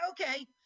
okay